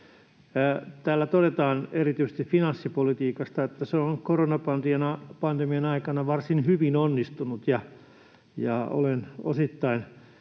Täällä todetaan erityisesti finanssipolitiikasta, että se on koronapandemian aikana varsin hyvin onnistunut, ja olen osittain